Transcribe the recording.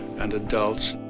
and adults.